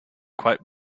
quite